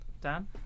Dan